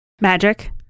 Magic